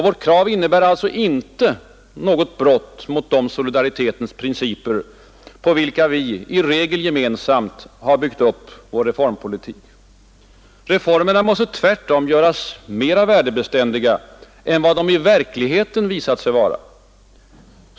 Vårt krav innebär alltså inte något brott mot de solidaritetens principer, på vilka vi — i regel gemensamt — byggt upp vår reformpolitik. Reformerna måste tvärtom göras mera värdebeständiga än vad de i verkligheten visat sig vara.